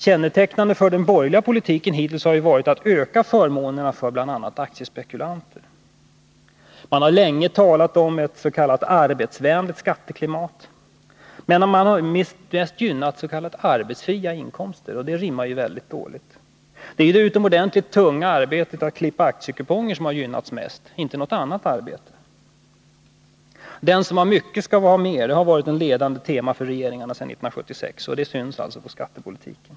Kännetecknande för den borgerliga politiken hittills har varit att öka förmånerna för bl.a. aktiespekulanter. Man har länge talat om ett s.k. arbetsvänligt skatteklimat, men man har mest gynnat dem som har arbetsfria inkomster. Detta rimmar väldigt dåligt. Det är ju det utomordentligt tunga arbetet att klippa aktiekuponger som har gynnats mest, inte något annat arbete. Den som har mycket skall ha mer, har varit det ledande temat för regeringarna sedan 1976, och det syns på skattepolitiken.